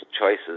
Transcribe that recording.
choices